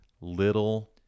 little